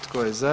Tko je za?